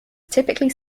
typically